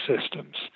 systems